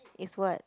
is what